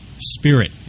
Spirit